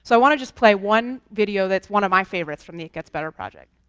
so want to just play one video that's one of my favorites from the it gets better project.